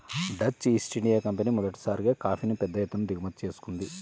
Dutch East India company మొదటిసారిగా కాఫీని పెద్ద ఎత్తున దిగుమతి చేసుకుంది